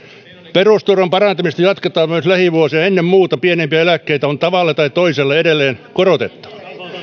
perusturvan parantamista jatketaan myös lähivuosina ennen muuta pienempiä eläkkeitä on tavalla tai toisella edelleen korotettava